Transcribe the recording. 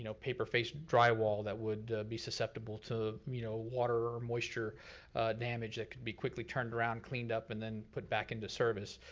you know paper-faced drywall that would be susceptible to you know water or moisture damage that could be quickly turned around, cleaned-up and then put back into service.